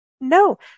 no